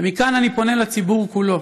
ומכאן אני פונה לציבור כולו.